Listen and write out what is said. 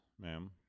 ma'am